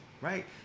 right